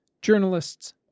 Journalists